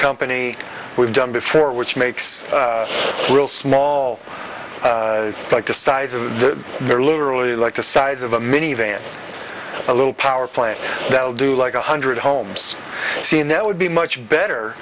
company we've done before which makes it real small like the size of the they're literally like the size of a minivan a little power plant that will do like one hundred homes a scene that would be much better